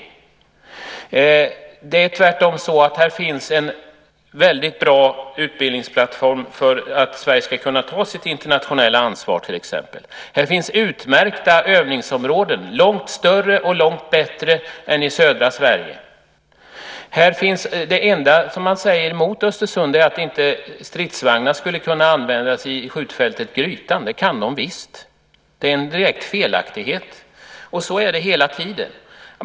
Tvärtom är det så att här finns en väldigt bra utbildningsplattform för att Sverige ska kunna ta sitt internationella ansvar till exempel. Det finns utmärkta övningsområden, långt större och långt bättre än i södra Sverige. Det enda som talar mot Östersund sägs vara att stridsvagnar inte skulle kunna användas på skjutfältet i Grytan, men det kan de visst. Detta är alltså en direkt felaktighet, och så är det hela tiden.